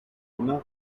una